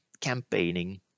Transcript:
campaigning